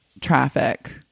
traffic